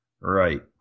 Right